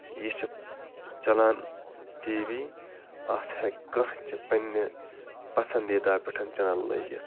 یہِ چھُ چلان ٹی وی اَتھ ہٮ۪کۍ کانٛہہ تہِ پنٛنہِ پَسنٛدیٖدہ پٮ۪ٹھ چَنَل لٲگِتھ